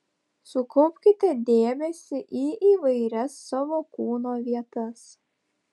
sukaupkite dėmesį į įvairias savo kūno vietas